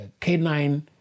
canine